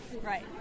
Right